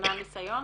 שנה ניסיון?